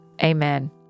amen